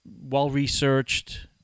well-researched